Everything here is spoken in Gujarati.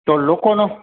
તો લોકોનો